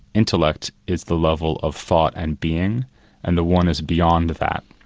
intellect is the level of thought and being and the one is beyond that.